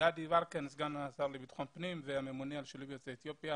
סגן השר לביטחון הפנים והממונה על שילוב יוצאי אתיופיה